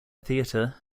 theater